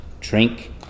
drink